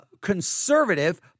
conservative